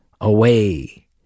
away